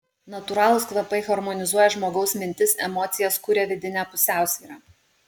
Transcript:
natūralūs kvapai harmonizuoja žmogaus mintis emocijas kuria vidinę pusiausvyrą